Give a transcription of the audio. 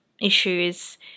issues